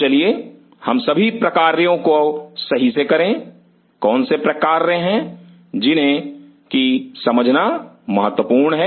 तो चलिए हम सभी प्रकार्यों को सही से करें कौन से प्रकार्य हैं जिन्हें की समझना महत्वपूर्ण है